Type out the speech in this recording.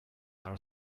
are